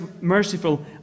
merciful